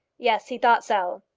yes, he thought so.